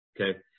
okay